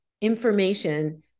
information